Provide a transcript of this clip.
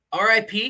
RIP